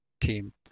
team